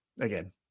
again